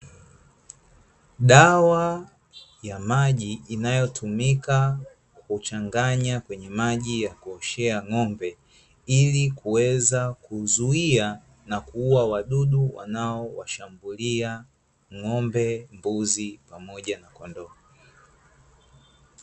Dawa ya maji inayotumika kuchanganya kwenye maji ya kuoshea ng'pmbe, ili kuweza kuzuia na kuuwa wadudu wanaowashambulia ng'ombe, mbuzi pamoja na kondoo.